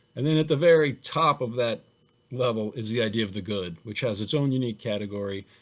and then at the very top of that level is the idea of the good, which has its own unique category.